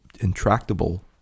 intractable